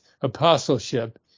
apostleship